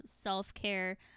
self-care